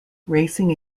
racing